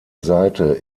seite